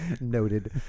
Noted